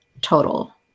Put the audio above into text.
total